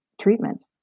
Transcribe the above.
treatment